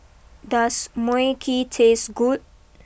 does Mui Kee taste good